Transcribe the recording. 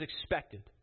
expected